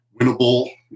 winnable